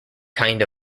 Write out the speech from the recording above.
kind